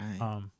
right